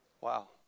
Wow